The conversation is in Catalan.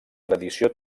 tradició